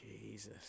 Jesus